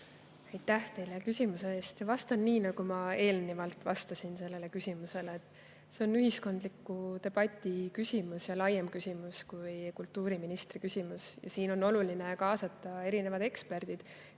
Aitäh teile küsimuse eest! Vastan nii, nagu ma eelnevalt vastasin sellele küsimusele: see on ühiskondliku debati küsimus ja laiem küsimus kui kultuuriministri küsimus. Siin on oluline kaasata erinevad eksperdid,